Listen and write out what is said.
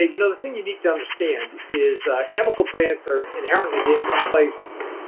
ah you know the thing you need to understand is chemical plants are inherently dangerous places.